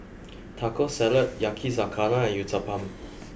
Taco Salad Yakizakana and Uthapam